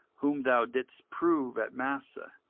whom thou didst prove at massah,